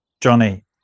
Johnny